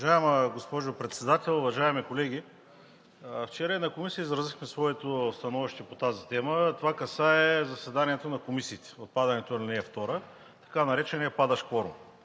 Уважаема госпожо Председател, уважаеми колеги! Вчера и на Комисия изразихме своето становище по тази тема. Това касае заседанието на комисиите – отпадането на ал. 2, така наречения падащ кворум.